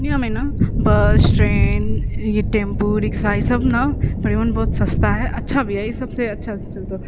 पूर्णियाँमे ने bus train tempo rickshaw ई सब ने परिवहन बहुत सस्ता है अच्छा भी है ई सबसँ अच्छासँ चल